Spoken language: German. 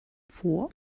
vor